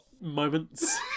Moments